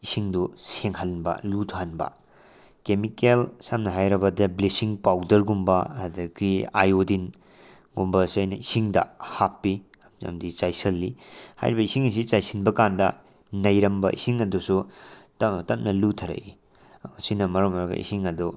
ꯏꯁꯤꯡꯗꯨ ꯁꯦꯡꯍꯟꯕ ꯂꯨꯊꯍꯟꯕ ꯀꯦꯃꯤꯀꯦꯜ ꯁꯝꯅ ꯍꯥꯏꯔꯕꯗ ꯕ꯭ꯂꯦꯁꯤꯡ ꯄꯥꯎꯗꯔꯒꯨꯝꯕ ꯑꯗꯨꯗꯒꯤ ꯑꯥꯏꯌꯣꯗꯤꯟꯒꯨꯝꯕ ꯑꯁꯦ ꯑꯩꯅ ꯏꯁꯤꯡꯗ ꯍꯥꯞꯄꯤ ꯃꯔꯝꯗꯤ ꯆꯥꯏꯁꯤꯟꯂꯤ ꯍꯥꯏꯔꯤꯕ ꯏꯁꯤꯡ ꯑꯁꯤ ꯆꯥꯏꯁꯤꯟꯕꯀꯥꯟꯗ ꯅꯩꯔꯝꯕ ꯏꯁꯤꯡ ꯑꯗꯨꯁꯨ ꯇꯞꯅ ꯇꯞꯅ ꯂꯨꯊꯔꯛꯏ ꯑꯁꯤꯅ ꯃꯔꯝ ꯑꯣꯏꯔꯒ ꯏꯁꯤꯡ ꯑꯗꯨ